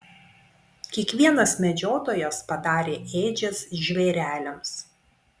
kiekvienas medžiotojas padarė ėdžias žvėreliams